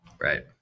Right